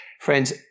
friends